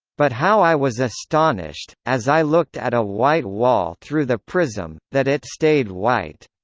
but how i was astonished, as i looked at a white wall through the prism, that it stayed white!